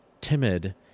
timid